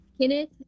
kenneth